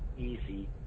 easy